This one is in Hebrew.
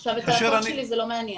עכשיו, את הלקוחות שלי זה לא מעניין.